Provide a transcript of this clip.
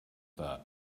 that